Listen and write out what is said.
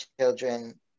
children